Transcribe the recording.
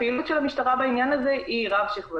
הפעילות של המשטרה בעניין הזה רב-שכבתית,